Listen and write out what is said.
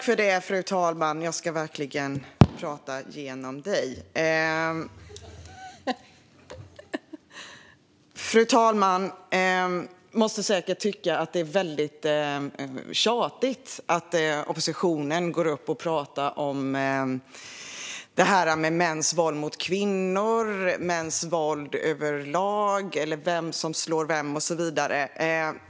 Fru talman! Jag ska verkligen prata genom dig! Fru talmannen måste säkert tycka att det är väldigt tjatigt att oppositionen går upp och pratar om mäns våld mot kvinnor, mäns våld överlag, vem som slår vem och så vidare.